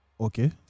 Okay